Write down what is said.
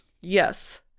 Yes